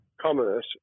commerce